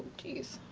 geez.